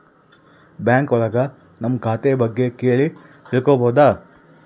bank ಒಳಗ ನಮ್ ಖಾತೆ ಬಗ್ಗೆ ಕೇಳಿ ತಿಳ್ಕೋಬೋದು